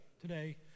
today